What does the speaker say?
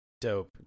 dope